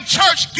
church